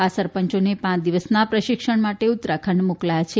આ સરપંચોને પાંચ દિવસના પ્રશિક્ષણ માટે ઉત્તરાખંડ મોકલાયા છે